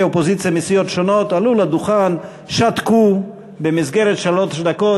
אופוזיציה מסיעות שונות עלו לדוכן ושתקו במסגרת שלוש דקות.